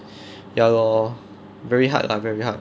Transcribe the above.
ya lor very hard lah very hard